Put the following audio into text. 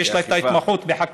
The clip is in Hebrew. שיש לה את ההתמחות בחקירות.